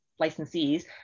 licensees